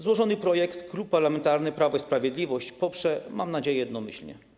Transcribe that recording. Złożony projekt Klub Parlamentarny Prawo i Sprawiedliwość poprze, mam nadzieję, jednomyślnie.